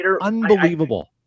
unbelievable